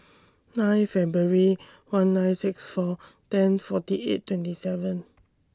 nine February one nine six four ten forty eight twenty seven